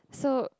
so